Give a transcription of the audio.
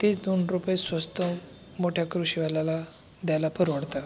तेच दोन रुपये स्वस्त मोठ्या कृषीवाल्याला द्यायला परवडतं